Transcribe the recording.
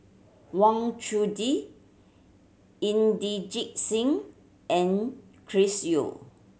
Wang Chunde Inderjit Singh and Chris Yeo